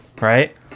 right